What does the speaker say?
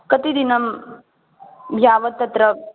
कति दिनं यावत् तत्र